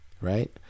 right